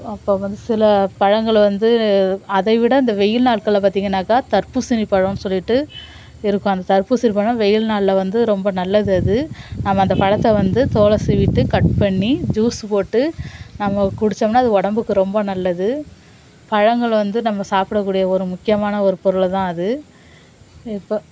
அப்போ வந்து சில பழங்களை வந்து அதை விட இந்த வெயில் நாட்களில் பார்த்தீங்கனாக்கா தர்பூசணி பழன்னு சொல்லிவிட்டு இருக்கும் அந்த தர்பூசணி பழம் வெயில் நாள்ல வந்து ரொம்ப நல்லது அது நம்ம அந்த பழத்தை வந்து தோலை சீவிவிட்டு கட் பண்ணி ஜூஸ்ஸு போட்டு நம்ம குடிச்சோம்ன்னா அது உடம்புக்கு ரொம்ப நல்லது பழங்கள் வந்து நம்ம சாப்பிடக்கூடிய ஒரு முக்கியமான ஒரு பொருளு தான் அது இப்போ